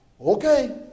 Okay